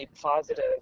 positive